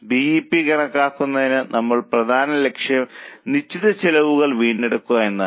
B E P കണക്കാക്കുന്നതിന് നമ്മളുടെ പ്രധാന ലക്ഷ്യം നിശ്ചിത ചെലവുകൾ വീണ്ടെടുക്കുക എന്നതാണ്